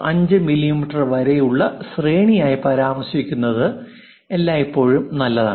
5 millimetre വരെയുള്ള ശ്രേണി ആയി പരാമർശിക്കുന്നത് എല്ലായ്പ്പോഴും നല്ലതാണ്